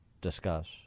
discuss